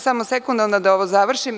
Samo sekund da ovo završim.